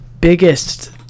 Biggest